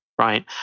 right